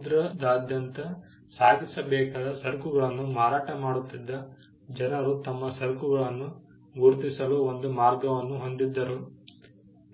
ಸಮುದ್ರದಾದ್ಯಂತ ಸಾಗಿಸಬೇಕಾದ ಸರಕುಗಳನ್ನು ಮಾರಾಟ ಮಾಡುತ್ತಿದ್ದ ಜನರು ತಮ್ಮ ಸರಕುಗಳನ್ನು ಗುರುತಿಸಲು ಒಂದು ಮಾರ್ಗವನ್ನು ಹೊಂದಿದ್ದರು